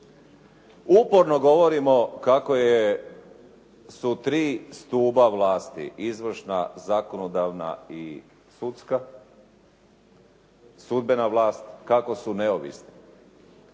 Uporno govorimo kako su tri stupa vlasti: izvršna, zakonodavna i sudska, sudbena vlast kako su neovisni.